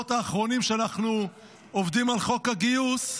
שבשבועות האחרונים שאנחנו עובדים על חוק הגיוס,